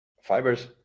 fibers